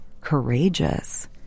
courageous